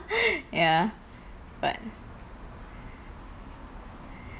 ya but